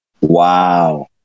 Wow